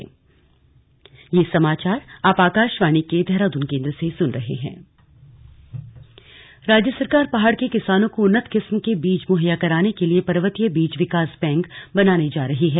slug चकबंदी राज्य सरकार पहाड़ के किसानों को उन्नत किस्म के बीज मुहैया कराने के लिए पर्वतीय बीज विकास बैंक बनाने जा रही है